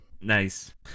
nice